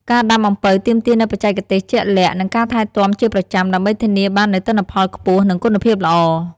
ការដាំអំពៅទាមទារនូវបច្ចេកទេសជាក់លាក់ និងការថែទាំជាប្រចាំ ដើម្បីធានាបាននូវទិន្នផលខ្ពស់ និងគុណភាពល្អ។